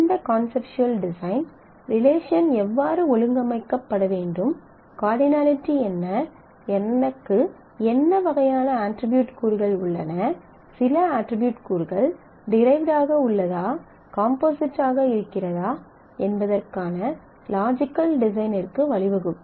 இந்த conceptual design relation எவ்வாறு ஒழுங்கமைக்கப்பட வேண்டும் கார்டினலிட்டி என்ன எனக்கு என்ன வகையான அட்ரிபியூட்கூறுகள் உள்ளன சில அட்ரிபியூட்கூறுகள் டிரைவ்ட் ஆக உள்ளதா காம்போசிட் ஆக இருக்கிறதா என்பதற்கான லாஜிக்கல் டிசைனிற்கு வழிவகுக்கும்